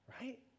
right